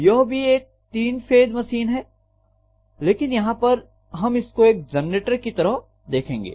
यह भी एक तीन फेस मशीन है लेकिन यहां पर हम इसको एक जनरेटर की तरह देखेंगे